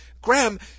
Graham